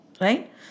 right